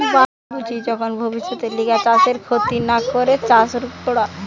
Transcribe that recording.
বাসস্থান বুঝি যখন ভব্যিষতের লিগে চাষের ক্ষতি না করে চাষ করাঢু